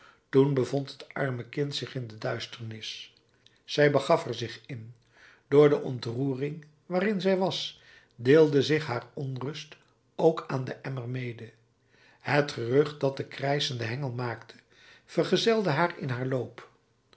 toen bevond het arme kind zich in de duisternis zij begaf er zich in door de ontroering waarin zij was deelde zich haar onrust ook aan den emmer mede het gerucht dat de krijschende hengel maakte vergezelde haar in haar loop